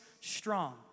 strong